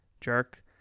jerk